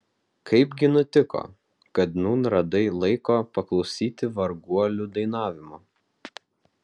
kaipgi nutiko kad nūn radai laiko paklausyti varguolių dainavimo